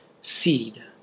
seed